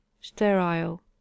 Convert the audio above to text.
sterile